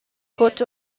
court